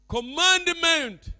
Commandment